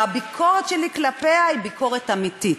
והביקורת שלי כלפיה היא ביקורת אמיתית.